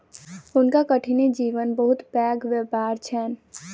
हुनका कठिनी जीवक बहुत पैघ व्यापार छैन